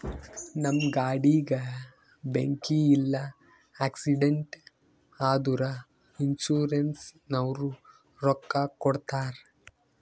ನಮ್ ಗಾಡಿಗ ಬೆಂಕಿ ಇಲ್ಲ ಆಕ್ಸಿಡೆಂಟ್ ಆದುರ ಇನ್ಸೂರೆನ್ಸನವ್ರು ರೊಕ್ಕಾ ಕೊಡ್ತಾರ್